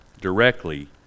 directly